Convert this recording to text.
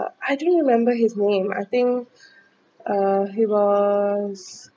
I didn't remember his name I think uh he was